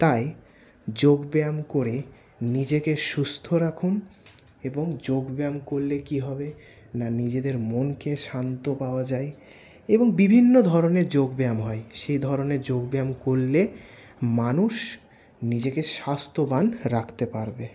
তাই যোগ ব্যায়াম করে নিজেকে সুস্থ রাখুন এবং যোগ ব্যায়াম করলে কী হবে না নিজেদের মনকে শান্ত পাওয়া যায় এবং বিভিন্ন ধরনের যোগ ব্যায়াম হয় সেই ধরনের যোগ ব্যায়াম করলে মানুষ নিজেকে স্বাস্থ্যবান রাখতে পারবে